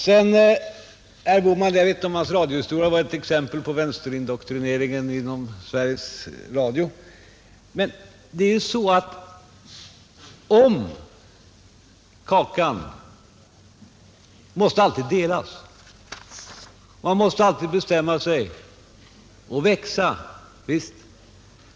Sedan till herr Bohman: Jag vet inte om hans radiohistoria var ett exempel på vänsterindoktrinering inom Sveriges Radio, men det är så att kakan alltid måste delas. Man måste alltid bestämma sig.